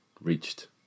reached